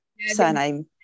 surname